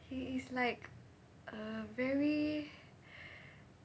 he is like a very